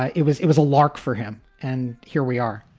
ah it was it was a lark for him. and here we are.